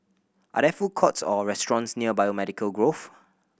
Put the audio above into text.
are there food courts or restaurants near Biomedical Grove